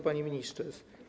Panie Ministrze!